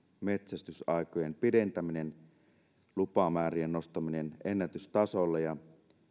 metsästysaikojen pidentäminen lupamäärien nostaminen ennätystasolle ja